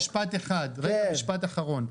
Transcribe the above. עוד משפט אחד, משפט אחרון.